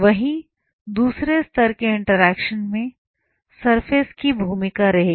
वही दूसरे स्तर के इंटरेक्शन में सरफेस की भूमिका रहेगी